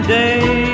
day